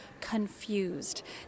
confused